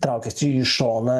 traukėsi į šoną